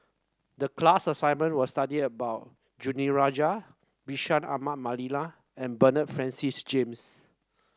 the class assignment was study about Danaraj Bashir Ahmad Mallal and Bernard Francis James